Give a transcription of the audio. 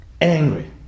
angry